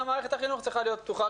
גם מערכת החינוך צריכה להיות פתוחה,